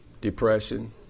depression